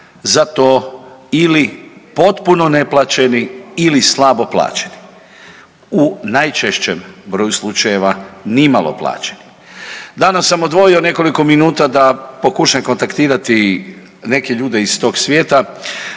za to ili potpuno neplaćeni ili slabo plaćeni u najčešćem broju slučajeva nimalo plaćeni. Danas sam odvojio nekoliko minuta da pokušam kontaktirati neke ljude iz tog svijeta.